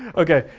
okay,